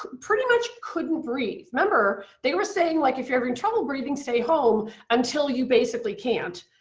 pretty much couldn't breathe, member they were saying like if you're having trouble breathing stay home until you basically can't,